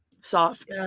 Soft